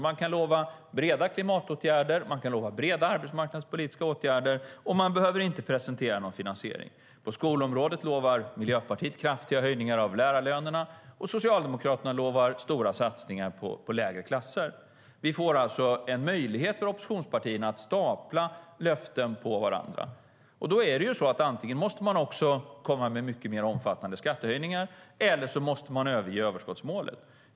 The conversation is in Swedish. Man kan lova breda klimatåtgärder, man kan lova breda arbetsmarknadspolitiska åtgärder och man behöver inte presentera en finansiering. På skolområdet lovar Miljöpartiet kraftiga höjningar av lärarlönerna, och Socialdemokraterna lovar stora satsningar på mindre klasser. Det blir alltså en möjlighet för oppositionspartierna att stapla löften på varandra. Antingen måste man lägga fram mer omfattande skattehöjningar eller så måste man överge överskottsmålet.